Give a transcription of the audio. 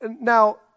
Now